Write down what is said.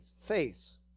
face